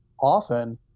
often